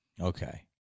Okay